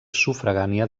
sufragània